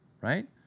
right